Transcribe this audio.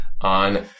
on